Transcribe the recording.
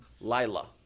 Lila